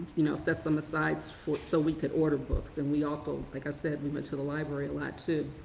you know, set some aside so so we could order books and we also, like i said, we went to the library a lot too.